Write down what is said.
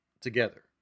together